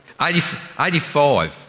85